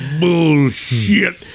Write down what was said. bullshit